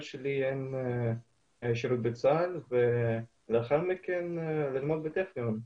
שלי הן שירות בצה"ל ולאחר מכן ללמוד בטכניון.